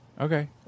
Okay